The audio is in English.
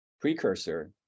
precursor